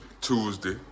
Tuesday